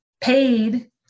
paid